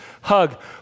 hug